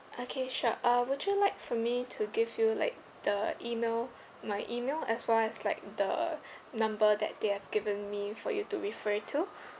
okay sure uh would you like for me to give you like the email my email as well as like the number that they have given me for you to refer it to